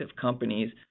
companies